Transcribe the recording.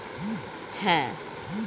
বিভিন্ন সজ্জায় গাঁদা ফুল ব্যবহার হয়